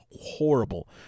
horrible